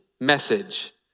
message